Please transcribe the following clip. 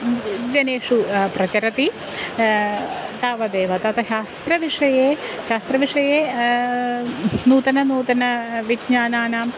जनेषु प्रचलति तावदेव ततः शास्त्रविषये शास्त्रविषये नूतन नूतनविज्ञानानाम्